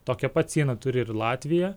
tokią pat sieną turi ir latvija